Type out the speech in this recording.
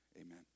Amen